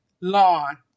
lawn